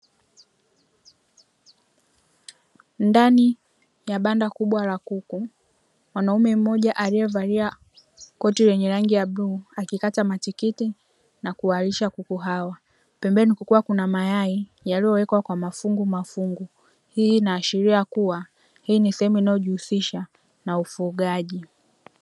Ndani ya banda kubwa la kuku mwanaume mmoja aliyevalia koti lenye rangi ya bluu akikata matikiti na kuwalisha kuku hawa, pembeni kukiwa na mayai yaliyowekwa kwa mafungumafungu. Hii inaashiria kuwa hii ni sehemu inayojihusisha na ufugaji.